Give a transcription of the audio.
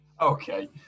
Okay